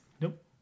Nope